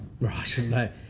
Right